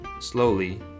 slowly